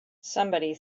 somebody